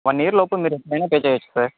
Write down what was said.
one year లోపు మీరు ఎప్పుడైనా పే చేయొచ్చు సార్